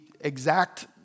exact